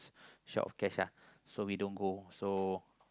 short of cash lah so we don't go so